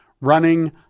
running